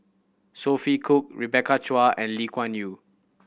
Sophia Cooke Rebecca Chua and Lee Kuan Yew